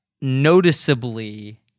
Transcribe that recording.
noticeably